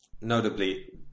notably